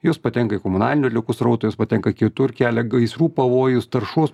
jos patenka į komunalinių atliekų srautą jos patenka kitur kelia gaisrų pavojus taršos